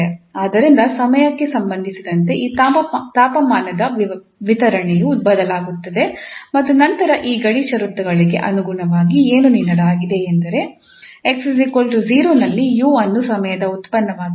ಆದ್ದರಿಂದ ಸಮಯಕ್ಕೆ ಸಂಬಂಧಿಸಿದಂತೆ ಈ ತಾಪಮಾನದ ವಿತರಣೆಯು ಬದಲಾಗುತ್ತದೆ ಮತ್ತು ನಂತರ ಈ ಗಡಿ ಷರತ್ತುಗಳಿಗೆ ಅನುಗುಣವಾಗಿ ಏನು ನೀಡಲಾಗಿದೆ ಎಂದರೆ 𝑥 0 ನಲ್ಲಿ 𝑢 ಅನ್ನು ಸಮಯದ ಉತ್ಪನ್ನವಾಗಿ ನೀಡಲಾಗುತ್ತದೆ ಮತ್ತು 𝑥 𝑏